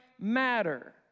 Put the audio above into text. matter